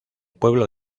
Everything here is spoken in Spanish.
pueblo